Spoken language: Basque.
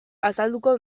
azalduko